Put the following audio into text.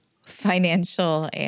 financial